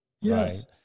Yes